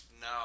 No